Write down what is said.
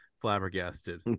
flabbergasted